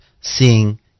seeing